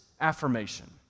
Affirmation